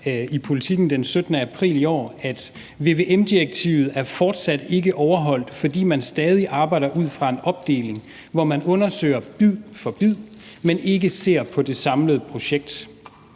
i Politiken den 17. april i år, at: »VVM-direktivet er fortsat ikke overholdt, fordi man stadig arbejder ud fra en opdeling, hvor man undersøger Lynetteholmen bid for bid, men ikke ser på det samlede projekt«.